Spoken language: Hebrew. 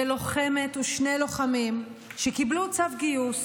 בלוחמת ושני לוחמים שקיבלו צו גיוס